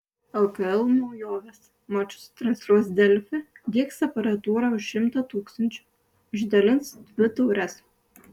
lkl naujovės mačus transliuos delfi diegs aparatūrą už šimtą tūkstančių išdalins dvi taures